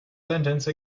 sentence